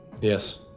Yes